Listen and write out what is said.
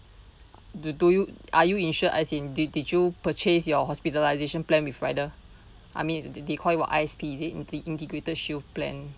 do do you are you insured as in did you purchase your hospitalisation plan with rider I mean they they call it what I_S_P is it the integrated shield plan